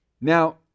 Now